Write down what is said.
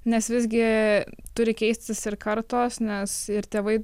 nes visgi turi keistis ir kartos nes ir tėvai